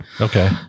okay